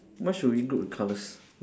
why should we group the colours